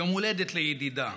יום הולדת לידידה.